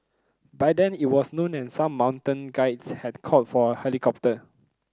by then it was noon and some mountain guides had called for a helicopter